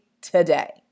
today